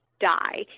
die